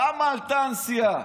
כמה עלתה הנסיעה?